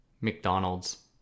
McDonald's